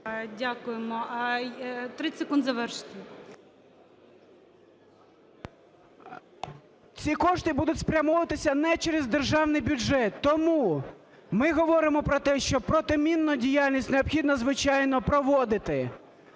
Дякуємо. 30 секунд, завершуйте. ДОЛЖЕНКОВ О.В. …ці кошти будуть спрямовуватися не через державний бюджет. Тому ми говоримо про те, що протимінну діяльність необхідно, звичайно, проводити.